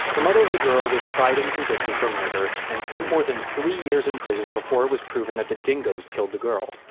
the mother of the girl was tried and convicted for murder and spent more than three years in prison before it was proven that dingoes killed the girl.